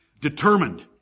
determined